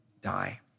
die